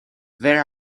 where